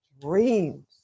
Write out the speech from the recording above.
dreams